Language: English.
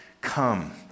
Come